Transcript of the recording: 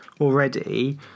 already